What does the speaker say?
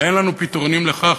ואין לנו פתרונים לכך,